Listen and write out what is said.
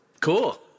Cool